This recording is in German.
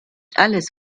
alles